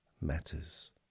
Matters